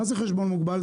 מה זה חשבון מוגבל?